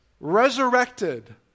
Resurrected